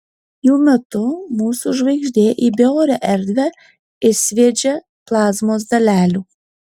jų metu mūsų žvaigždė į beorę erdvę išsviedžia plazmos dalelių